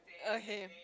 okay